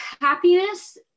happiness